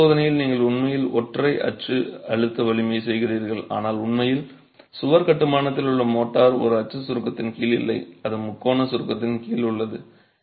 ஆய்வகச் சோதனையில் நீங்கள் உண்மையில் ஒற்றை அச்சு அழுத்த வலிமையைச் செய்கிறீர்கள் ஆனால் உண்மையில் சுவர் கட்டுமானத்தில் உள்ள மோர்டார் ஒரு அச்சு சுருக்கத்தின் கீழ் இல்லை அது முக்கோண சுருக்கத்தின் கீழ் உள்ளது